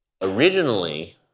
originally